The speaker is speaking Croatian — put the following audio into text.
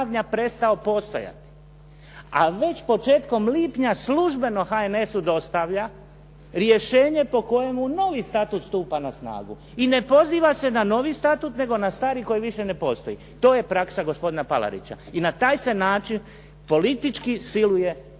prestao postojati, a već početkom lipnja službeno HNS-u dostavlja rješenje po kojemu novi Statut stupa na snagu i ne poziva se na novi Statut, nego na stari koji više ne postoji. To je praksa gospodina Palarića i na taj se način politički siluje